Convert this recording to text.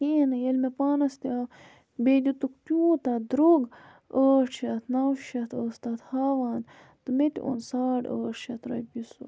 کِہیٖنۍ نہٕ ییٚلہِ مےٚ پانَس تہِ آو بیٚیہِ دُِتُکھ تیوٗتاہ درٛوٚگ ٲٹھ شیٚتھ نَو شیٚتھ ٲس تَتھ ہاوان تہٕ مےٚ تہِ اوٚن ساڑ ٲٹھ شیٚتھ رۄپیہِ سُہ